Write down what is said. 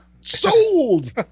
sold